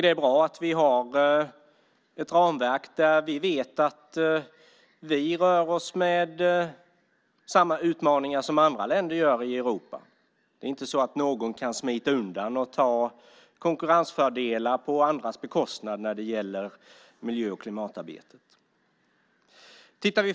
Det är bra att vi har ett ramverk där vi vet att vi rör oss med samma utmaningar som andra länder i Europa. Ingen kan smita undan och få konkurrensfördelar på andras bekostnad när det gäller miljö och klimatarbetet.